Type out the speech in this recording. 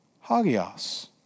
hagios